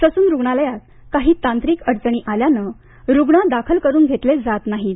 Sassoon रूग्णालयात काही तांत्रिक अडचणी आल्यानं रूग्ण दाखल करुन घेतले जात नाहीत